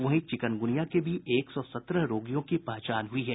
वहीं चिकगुनिया के भी एक सौ सत्रह रोगियों की पहचान हुई है